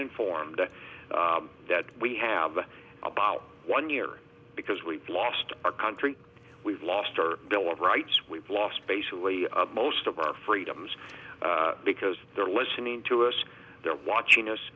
informed that we have about one year because we've lost our country we've lost our bill of rights we've lost basically most of our freedoms because they're listening to us they're watching us